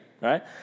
right